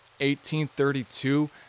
1832